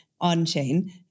on-chain